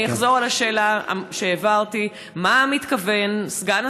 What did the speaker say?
אני אחזור על השאלה שהעברתי: מה מתכוון סגן